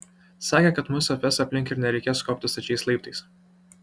sakė kad mus apves aplink ir nereikės kopti stačiais laiptais